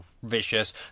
vicious